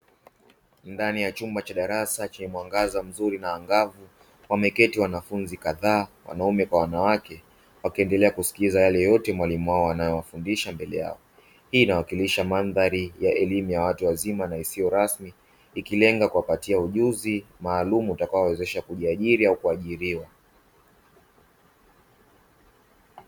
Ndani ya chumba cha darasa chenye mwangaza mzuri na angavu, wameketi wanafunzi kadhaa wanaume kwa wanawake, wakiendelea kusikiliza yale yote mwalimu wao anawafundisha, mbele yao hii inawakilisha mandhari ya elimu ya watu wazima na isiyo rasmi, ikilenga kuwapatia ujuzi maalumu utakaowawezesha kujiajiri au kuajiriwa.